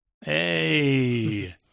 Hey